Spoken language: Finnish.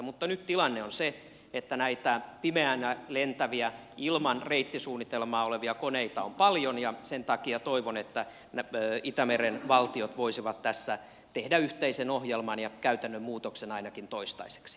mutta nyt tilanne on se että näitä pimeänä lentäviä ilman reittisuunnitelmaa olevia koneita on paljon ja sen takia toivon että itämeren valtiot voisivat tässä tehdä yhteisen ohjelman ja käytännön muutoksen ainakin toistaiseksi